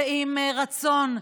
שעם רצון,